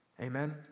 Amen